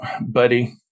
buddy